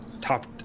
Top